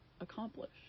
accomplish